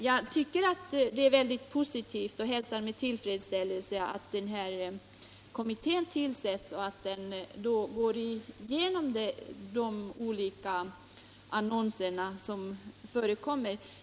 Jag hälsar med tillfredsställelse att kommittén tillsätts för att gå igenom de olika annonser som förekommer.